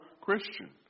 Christian